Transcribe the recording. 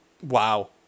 Wow